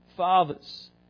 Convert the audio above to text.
Fathers